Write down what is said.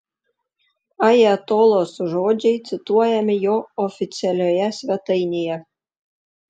ajatolos žodžiai cituojami jo oficialioje svetainėje